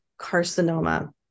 carcinoma